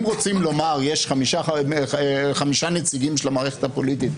אם רוצים לומר: יש חמישה נציגים של המערכת הפוליטית,